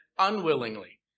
unwillingly